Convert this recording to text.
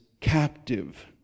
captive